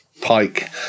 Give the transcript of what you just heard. pike